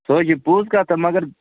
سُہ ہے چھُ پوٚز کَتھ تہٕ مگر